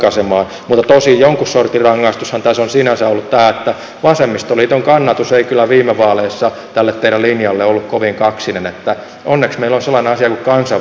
mutta tosin jonkun sortin rangaistushan tässä on sinänsä ollut tämä että vasemmistoliiton kannatus ei kyllä viime vaaleissa tälle teidän linjallenne ollut kovin kaksinen niin että onneksi meillä on sellainen asia kuin kansanvalta vielä